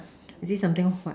I see something white